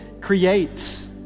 creates